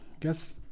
Guess